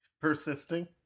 Persisting